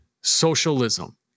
socialism